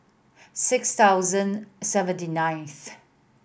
six thousand seventy ninth